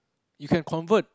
you can convert